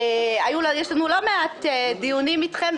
יש לנו לא מעט דיונים אתכם,